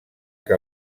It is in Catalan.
que